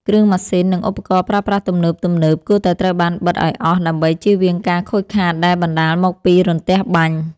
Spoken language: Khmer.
គ្រឿងម៉ាស៊ីន និងឧបករណ៍ប្រើប្រាស់ទំនើបៗគួរតែត្រូវបានបិទឱ្យអស់ដើម្បីជៀសវាងការខូចខាតដែលបណ្តាលមកពីរន្ទះបាញ់។